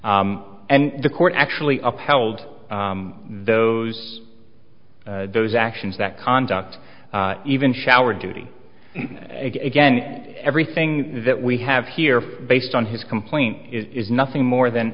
and the court actually upheld those those actions that conduct even shower duty again everything that we have here based on his complaint is nothing more than